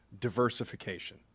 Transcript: diversification